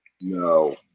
No